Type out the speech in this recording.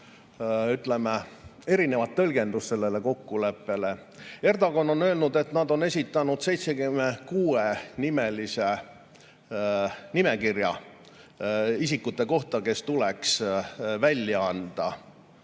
ütleme, erinevat tõlgendust sellele kokkuleppele. Erdogan on öelnud, et nad on esitanud 76-nimelise nimekirja isikute kohta, kes tuleks välja anda.